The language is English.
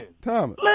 Thomas